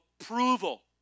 approval